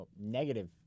negative